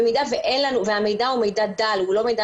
במידה שהמידע הוא מידע דל והוא לא מידע